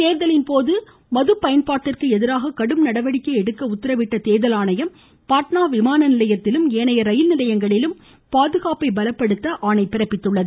தேர்தலின் போது முறைகேடான மது பயன்பாட்டிற்கு எதிராக கடும் நடவடிக்கை எடுக்க உத்தரவிட்ட தேர்தல் ஆணையம் பாட்னா விமான நிலையத்திலும் ஏனைய ரயில் நிலையங்களிலும் பாதுகாப்பை பலப்படுத்த ஆணை பிறப்பித்துள்ளது